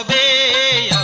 ah a